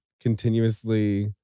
continuously